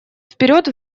вперед